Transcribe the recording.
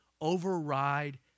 override